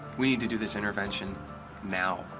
we need to do this intervention now,